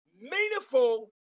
meaningful